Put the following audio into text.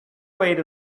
wait